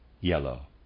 yellow